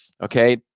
okay